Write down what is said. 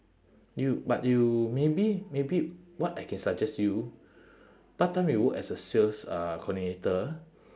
you but you maybe maybe what I can suggest you part-time you work as a sales uh coordinator